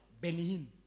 Benin